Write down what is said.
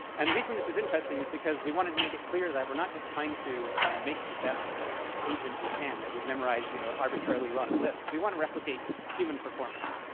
and the reason this is interesting is because we wanted to make it clear that we're not just trying to you know make the best agent we can that would memorize you know arbitrarily long lists. we want to replicate human performance.